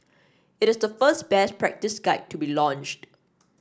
it is the first best practice guide to be launched